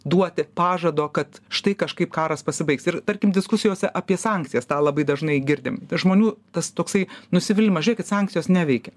duoti pažado kad štai kažkaip karas pasibaigs ir tarkim diskusijose apie sankcijas tą labai dažnai girdim žmonių tas toksai nusivylimas žėkit sankcijos neveikia